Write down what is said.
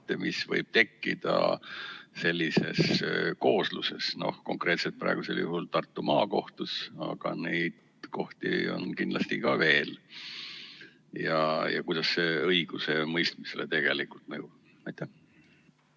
mis võib tekkida sellises koosluses, konkreetselt praegusel juhul Tartu Maakohtus, aga neid kohti on kindlasti veel? Kuidas see õigusemõistmisele tegelikult mõjub? Siin